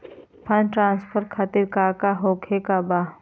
Fund transfer खातिर काका होखे का बा?